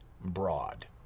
broad